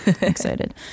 excited